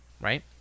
right